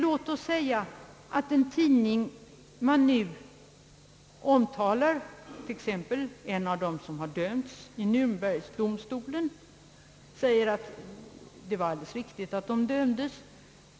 Låt oss antaga att en tidning återger ett uttalande om en av dem som dömdes av Närnberg-domstolen vari säges att det var alldeles riktigt att han dömdes.